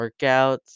workouts